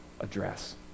address